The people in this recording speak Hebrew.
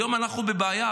היום אנחנו בבעיה,